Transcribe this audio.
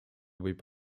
võib